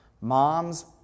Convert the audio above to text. Moms